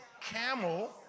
camel